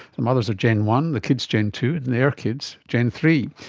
the mothers are gen one, the kids gen two, and their kids gen three.